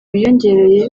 wiyongereye